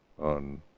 on